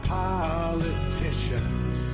politicians